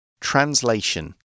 Translation